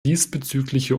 diesbezügliche